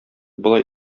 болай